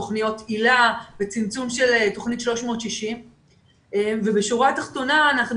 תוכניות היל"ה וצמצום של תוכנית 360 ובשורה התחתונה אנחנו